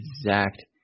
exact